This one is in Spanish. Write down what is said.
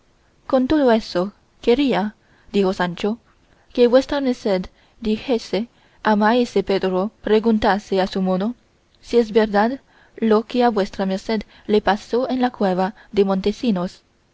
con todo eso querría dijo sancho que vuestra merced dijese a maese pedro preguntase a su mono si es verdad lo que a vuestra merced le pasó en la cueva de montesinos